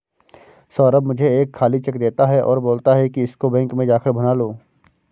सौरभ मुझे एक खाली चेक देता है और बोलता है कि इसको बैंक में जा कर भुना लो